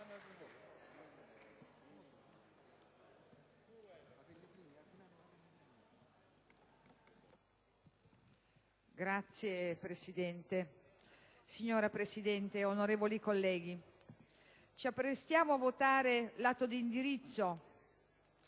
*(PdL)*. Signora Presidente, onorevoli colleghi, ci apprestiamo a votare l'atto d'indirizzo